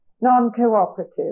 non-cooperative